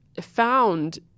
found